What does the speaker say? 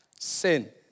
sin